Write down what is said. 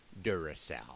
Duracell